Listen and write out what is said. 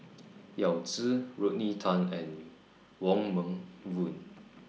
Yao Zi Rodney Tan and Wong Meng Voon